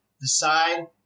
decide